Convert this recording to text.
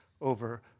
over